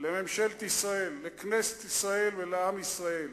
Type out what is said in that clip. לממשלת ישראל, לכנסת ישראל ולעם ישראל: